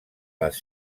les